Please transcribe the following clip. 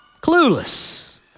clueless